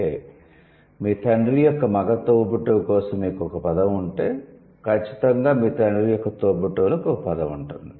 అంటే మీ తండ్రి యొక్క మగ తోబుట్టువు కోసం మీకు ఒక పదం ఉంటే ఖచ్చితంగా మీ తండ్రి యొక్క తోబుట్టువులకు ఒక పదం ఉంటుంది